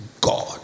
God